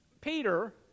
Peter